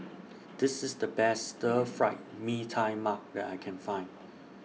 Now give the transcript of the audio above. This IS The Best Stir Fried Mee Tai Mak that I Can Find